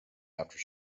after